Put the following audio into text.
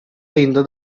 ayında